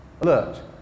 alert